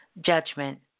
Judgment